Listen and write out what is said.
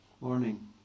morning